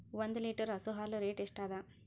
ಒಂದ್ ಲೀಟರ್ ಹಸು ಹಾಲ್ ರೇಟ್ ಎಷ್ಟ ಅದ?